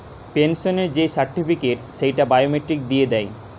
পেনসনের যেই সার্টিফিকেট, সেইটা বায়োমেট্রিক দিয়ে দেয়